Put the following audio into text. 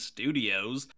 Studios